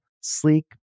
sleek